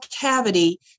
cavity